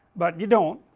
but you don't